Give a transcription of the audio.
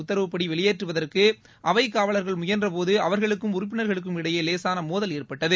உத்தரவுபடி வெளியேற்றுவதற்கு அவை காவலர்கள் முயன்றபோது அவர்களுக்கும் உறுப்பினர்களுக்கும் இடையே லேசான மோதல் ஏற்பட்டது